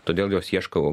todėl jos ieškau